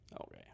Okay